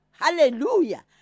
Hallelujah